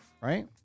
Right